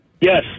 Yes